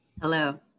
Hello